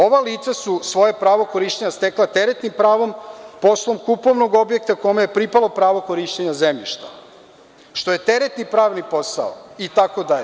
Ova lica su svoje pravo korišćenja stekla teretnim pravom, poslom kupovnog objekta kome je pripalo pravo korišćenja zemljišta, što je teretni pravni posao itd.